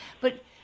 But-